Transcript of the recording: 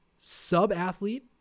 Sub-athlete